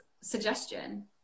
suggestion